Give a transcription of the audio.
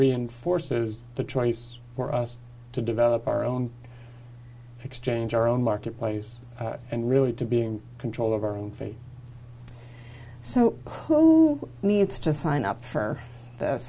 reinforces the choice for us to develop our own exchange our own marketplace and really to being control of our own fate so who needs to sign up for th